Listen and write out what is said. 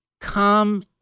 come